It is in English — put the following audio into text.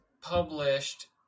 published